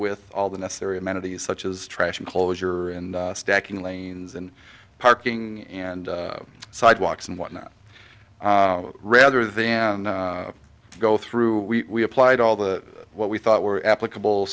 with all the necessary amenities such as trash enclosure and stacking lanes and parking and sidewalks and whatnot rather than go through we applied all the what we thought were applicable